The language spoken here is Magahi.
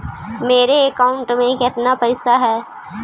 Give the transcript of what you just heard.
मेरे अकाउंट में केतना पैसा है?